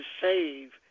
save